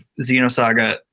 Xenosaga